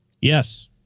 Yes